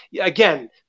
Again